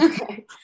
okay